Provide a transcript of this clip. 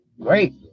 great